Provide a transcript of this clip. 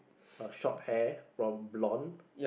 a short hair prob~ blond